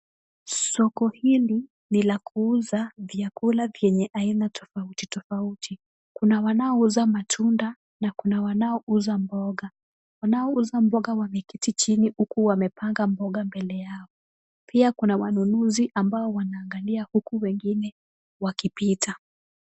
Soko hili ni la kuuza vyakula vyenye aina tofauti tofauti kuna wanaouza matunda na kuna wanaouza mboga. Wanaouza mboga wameketi chini huku wamepanga mboga mbele yao. Pia kuna wanunuzi ambao wanaangalia huku wengine wakipita.